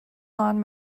lawn